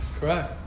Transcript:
Correct